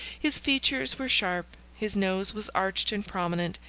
his features were sharp, his nose was arched and prominent,